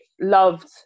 loved